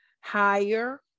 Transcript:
higher